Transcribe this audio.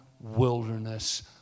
wilderness